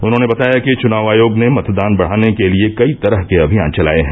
उन्होंने बताया कि चुनाव आयोग ने मतदान बढ़ाने के लिये कई तरह के अभियान चलाये हैं